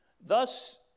thus